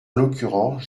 l’occurrence